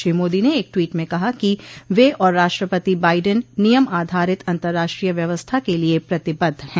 श्री मोदी ने एक ट्वीट में कहा कि वे और राष्ट्रपति बाइडेन नियम आधारित अंतराष्ट्रीय व्यवस्था के लिए प्रतिबद्ध हैं